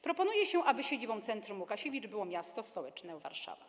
Proponuje się, aby siedzibą Centrum Łukasiewicz było miasto stołeczne Warszawa.